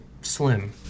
slim